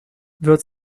wird